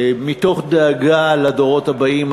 מתוך דאגה לדורות הבאים,